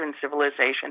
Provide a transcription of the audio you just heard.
civilization